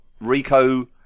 Rico